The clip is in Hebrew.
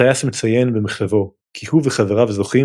הטייס מציין במכתבו כי הוא וחבריו זוכים